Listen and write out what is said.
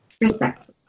respect